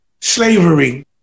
slavery